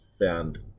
found